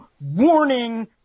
warning